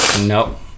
Nope